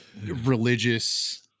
Religious